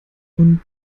und